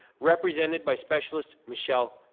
represented by specialist michelle.